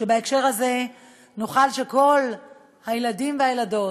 שנוכל שכל הילדים והילדות,